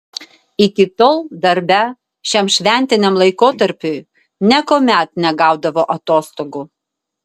iki tol darbe šiam šventiniam laikotarpiui niekuomet negaudavo atostogų